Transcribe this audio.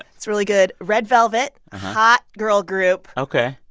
it's really good. red velvet, hot girl group. ok.